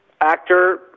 actor